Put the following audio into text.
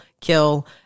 kill